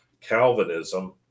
Calvinism